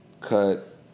cut